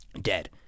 Dead